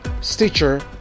Stitcher